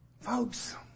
Folks